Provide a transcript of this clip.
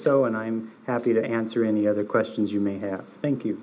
so and i'm happy to answer any other questions you may have thank you